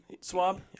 swab